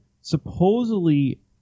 supposedly